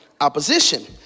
Opposition